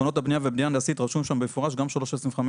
בתקנות הבניה ובניה הנדסית רשום שם בפורש גם 3.25,